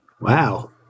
wow